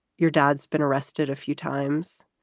your dad's been arrested a few times.